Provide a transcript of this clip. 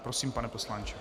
Prosím, pane poslanče.